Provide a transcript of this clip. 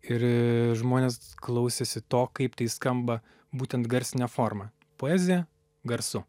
ir žmonės klausėsi to kaip tai skamba būtent garsine forma poezija garsu